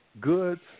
Goods